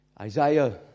Isaiah